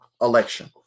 election